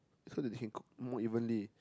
so that they can cook more evenly